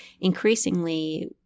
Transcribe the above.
increasingly